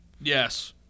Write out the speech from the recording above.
Yes